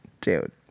Dude